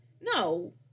No